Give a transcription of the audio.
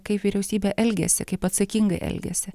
kaip vyriausybė elgiasi kaip atsakingai elgiasi